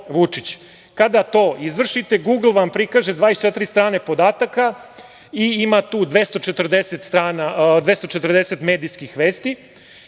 Kada to izvršite, „Gugl“ vam prikaže 24 strane podataka i ima tu 240 medijskih vesti